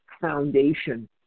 Foundation